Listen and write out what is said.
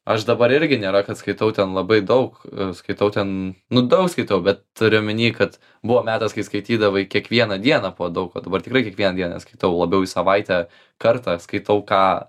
aš dabar irgi nėra kad skaitau ten labai daug skaitau ten nu daug skaitau bet turiu omeny kad buvo metas kai skaitydavai kiekvieną dieną po daug o dabar tikrai kiekvieną dieną neskaitau labiau į savaitę kartą skaitau ką